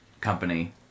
company